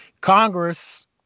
Congress